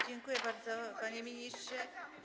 Dziękuję bardzo, panie ministrze.